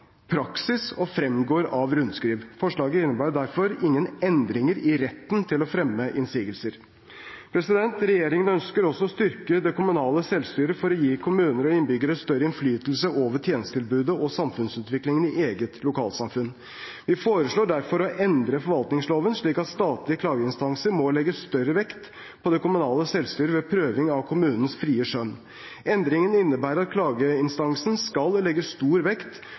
praksis og fremgår av rundskriv. Forslaget innebærer derfor ingen endringer i retten til å fremme innsigelser. Regjeringen ønsker også å styrke det kommunale selvstyret for å gi kommuner og innbyggere større innflytelse over tjenestetilbudet og samfunnsutviklingen i eget lokalsamfunn. Vi foreslår derfor å endre forvaltningsloven slik at statlige klageinstanser må legge større vekt på det kommunale selvstyret ved prøving av kommunenes frie skjønn. Endringen innebærer at klageinstansen skal legge stor vekt